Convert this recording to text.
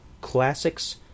classics